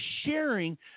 sharing